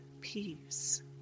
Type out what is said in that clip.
peace